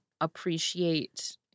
appreciate